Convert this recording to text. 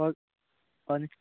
ꯐꯅꯤ